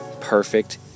Perfect